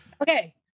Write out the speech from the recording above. Okay